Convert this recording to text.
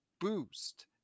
boost